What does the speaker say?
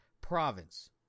province